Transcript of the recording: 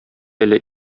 әле